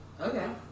Okay